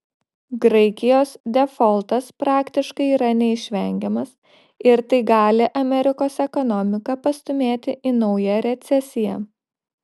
graikijos defoltas praktiškai yra neišvengiamas ir tai gali amerikos ekonomiką pastūmėti į naują recesiją